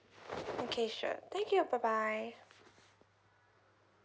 okay sure thank you bye bye